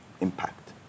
impact